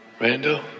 Randall